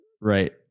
Right